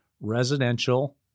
residential